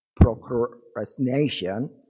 procrastination